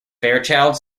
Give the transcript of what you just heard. fairchild